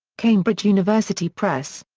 cambridge university press.